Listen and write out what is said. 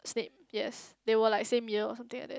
Snape yes they were like same year or something like that